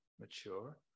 mature